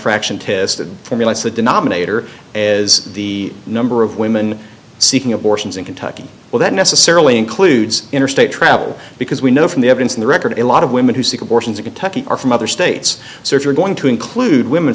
fraction tested formulas the denominator is the number of women seeking abortions in kentucky well that necessarily includes interstate travel because we know from the evidence in the record a lot of women who seek abortions in kentucky are from other states so if you're going to include women